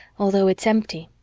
although it's empty,